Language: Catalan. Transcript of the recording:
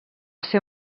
ser